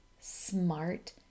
smart